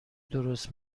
درست